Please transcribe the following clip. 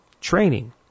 Training